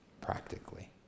practically